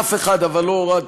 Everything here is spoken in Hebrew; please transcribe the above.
אף אחד, אבל לא הורדתם.